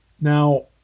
now